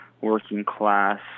working-class